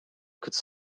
could